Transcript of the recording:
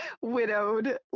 widowed